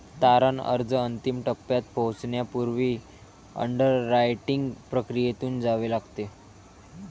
तारण अर्ज अंतिम टप्प्यात पोहोचण्यापूर्वी अंडररायटिंग प्रक्रियेतून जावे लागते